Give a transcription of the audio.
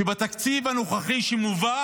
שבתקציב הנוכחי שמובא